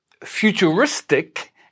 futuristic